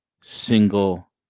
single